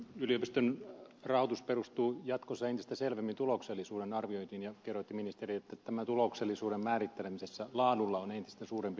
yliopiston rahoitus perustuu jatkossa entistä selvemmin tuloksellisuuden arviointiin ja kerroitte ministeri että tämän tuloksellisuuden määrittelemisessä laadulla on entistä suurempi merkitys